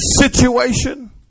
situation